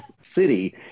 city